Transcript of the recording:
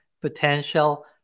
potential